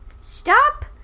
Stop